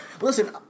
Listen